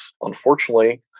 unfortunately